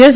S